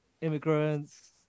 immigrants